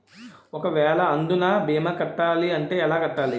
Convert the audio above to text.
ఒక వేల అందునా భీమా కట్టాలి అంటే ఎలా కట్టాలి?